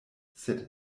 sed